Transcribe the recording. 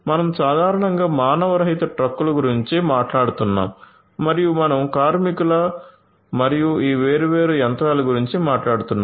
మనం సాధారణంగా మానవరహిత ట్రక్కుల గురించి మాట్లాడుతున్నాము మరియు మనం కార్మికులు మరియు ఈ వేర్వేరు యంత్రాల గురించి మాట్లాడుతున్నాము